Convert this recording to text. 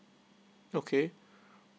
okay